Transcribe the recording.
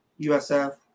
USF